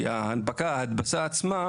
חה"כ מלינובסקי,